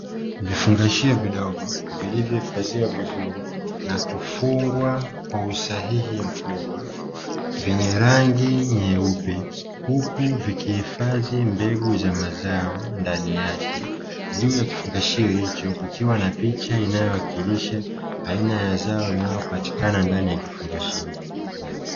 Vifungashio vidogo vilivyohifadhiwa vizuri na kufungwa kwa usahihi mkubwa, vyenye rangi nyeupe, huku vikihifadhi mbegu za mazao ndani yake. Juu ya kifungashio hicho kukiwa na picha inayowakilisha aina ya zao linalopatikana ndani ya kifungashio.